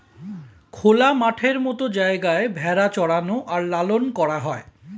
খোলা মাঠের মত জায়গায় ভেড়া চরানো আর লালন করা হয়